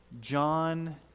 John